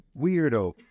weirdo